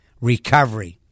recovery